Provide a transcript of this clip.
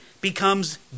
becomes